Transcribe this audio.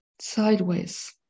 sideways